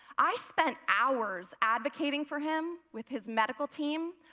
i spent hours advocating for him with his medical team,